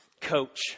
coach